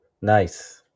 nice